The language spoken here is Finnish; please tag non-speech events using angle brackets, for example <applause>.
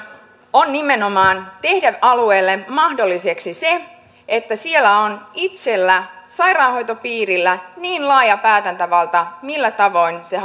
on nimenomaan tehdä alueelle mahdolliseksi se että siellä on sairaanhoitopiirillä itsellään laaja päätäntävalta siitä millä tavoin se <unintelligible>